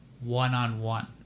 one-on-one